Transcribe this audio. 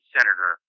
Senator